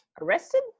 Arrested